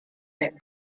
that